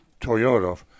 Toyota